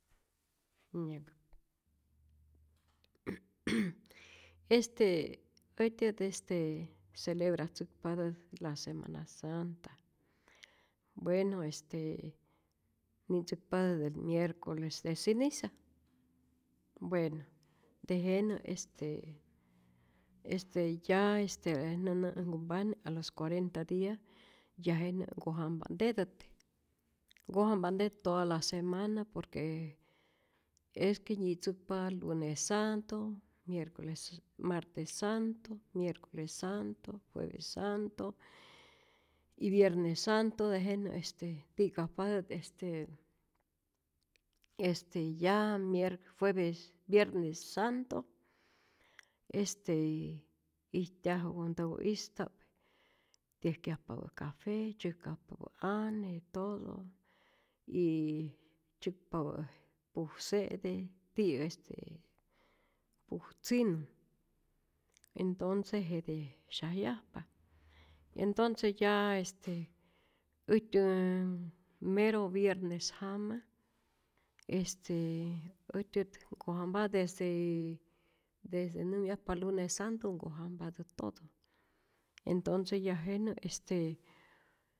este äjtyät este celebratzäkpatät la semana santa, bueno este ni'ntzäkpatät del miercoles de ceniza, bueno tejenä este este ya este nä näm äj nkumpane a los cuarenta dias, ya jenä nkojampa'ntetät, nkoja'mpante toda la semana por que es que nyitzäkpa lunes santo, miercoles, martes santo, miercoles santo, jueves santo y viernes santo, tejenä este ti'kajpatät este este ya mier, jueves, viernes santo, este ijtyaju äj ntäwä'ista'p tzäjkyajpapä' café, tzyajkajpapä' ane todo, y tzyäkpapä' puj se'te ti'yäk pujtzinu, entonce jete syajyajpa, entonce ya este äjtyä mero viernes jama, este äjtyät nkojampa desde desde nämyajpa lunes santo nkojampatät todo, entonce ya jenä este.